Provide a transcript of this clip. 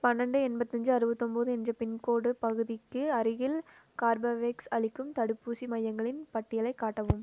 பன்னெண்டு எண்பதஞ்சு அறுவத்தொம்போது என்ற பின்கோடு பகுதிக்கு அருகில் கார்பவேக்ஸ் அளிக்கும் தடுப்பூசி மையங்களின் பட்டியலைக் காட்டவும்